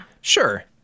Sure